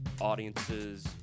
audiences